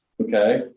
Okay